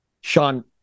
Sean